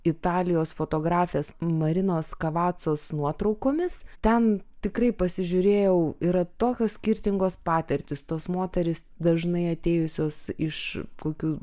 italijos fotografės marinos kavacos nuotraukomis ten tikrai pasižiūrėjau yra tokios skirtingos patirtys tos moterys dažnai atėjusios iš kokių